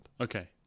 Okay